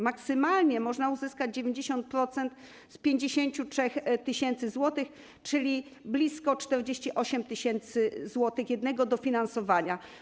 Maksymalnie można uzyskać 90% z 53 tys. zł, czyli blisko 48 tys. zł w ramach jednego dofinansowania.